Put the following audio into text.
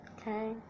Okay